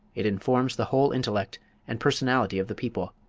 it informs the whole intellect and personality of the people.